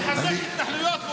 הוא מחזק את ההתנחלויות,